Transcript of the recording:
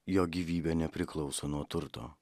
jo gyvybė nepriklauso nuo turto